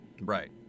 Right